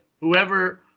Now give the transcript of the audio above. whoever